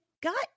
gut